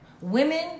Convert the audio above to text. Women